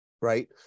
right